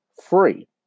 free